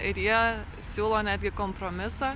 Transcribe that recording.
ir jie siūlo netgi kompromisą